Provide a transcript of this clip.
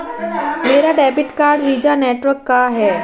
मेरा debit card Visa network का है